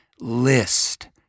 list